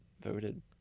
voted